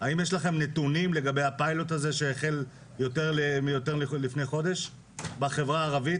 האם יש לכם נתונים לגבי הפיילוט הזה שהחל לפני חודש בחברה הערבית?